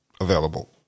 available